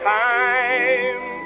time